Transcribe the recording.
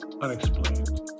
unexplained